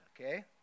okay